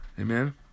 Amen